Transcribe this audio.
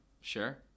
Sure